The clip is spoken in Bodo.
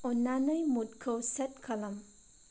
अन्नानै मुडखौ सेट खालाम